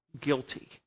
guilty